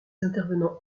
intervenants